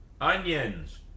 onions